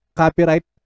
copyright